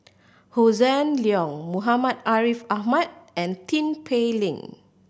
Hossan Leong Muhammad Ariff Ahmad and Tin Pei Ling